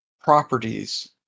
properties